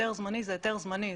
היתר זמני הוא היתר זמני,